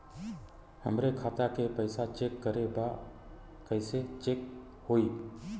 हमरे खाता के पैसा चेक करें बा कैसे चेक होई?